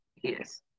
Yes